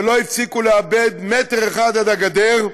ולא הפסיקו לעבד מטר אחד עד הגדר,